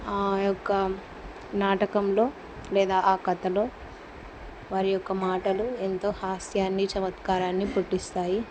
ఆ యొక్క నాటకంలో లేదా ఆ కథలో వారి యొక్క మాటలు ఎంతో హాస్యాన్ని చమత్కారాన్ని పుట్టిస్తాయి